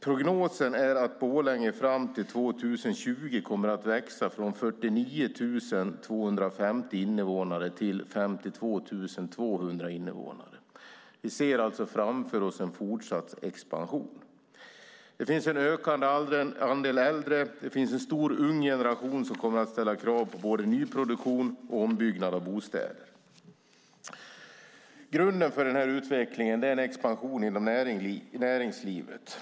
Prognosen är att Borlänge fram till år 2020 växer från 49 250 invånare till 52 200 invånare. Framför oss ser vi alltså en fortsatt expansion. En ökande andel äldre och en stor ung generation kommer att ställa krav på både nyproduktion och ombyggnad av bostäder. Grunden för denna utveckling är en expansion inom näringslivet.